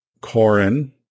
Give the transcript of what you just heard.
Corin